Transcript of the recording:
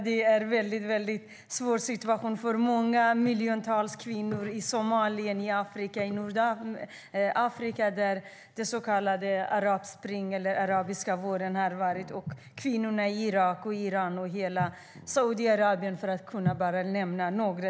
Det är en väldigt svår situation för miljontals kvinnor i Somalia, i Nordafrika efter den så kallade arabiska våren, i Irak, i Iran och i Saudiarabien, för att nämna några.